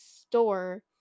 store